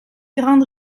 grande